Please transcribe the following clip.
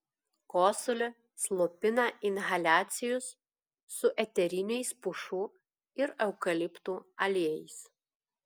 kosulį slopina inhaliacijos su eteriniais pušų ir eukaliptų aliejais